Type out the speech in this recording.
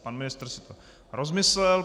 Pan ministr si to rozmyslel.